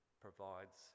provides